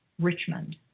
Richmond